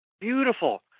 beautiful